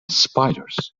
spiders